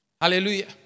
Hallelujah